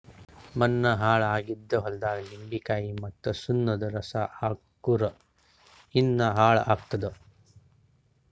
ಮಣ್ಣ ಹಾಳ್ ಆಗಿದ್ ಹೊಲ್ದಾಗ್ ನಿಂಬಿಕಾಯಿ ಮತ್ತ್ ಸುಣ್ಣದ್ ರಸಾ ಹಾಕ್ಕುರ್ ಇನ್ನಾ ಹಾಳ್ ಆತ್ತದ್